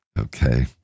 Okay